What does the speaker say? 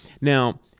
Now